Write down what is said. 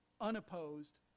unopposed